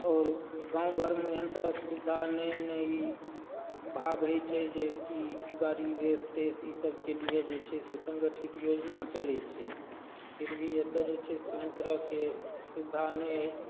आओर गाँव घरमऽ एहन तरहक सुविधा नहि नहि ई भाग होइ छै जेकि गाड़ी रेस तेस ई सभके लिए जे छै से संगठित योजना चलय छै फिर भी एतय जे छै से एहन तरहकेँ सुविधा नहि अछि